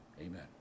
Amen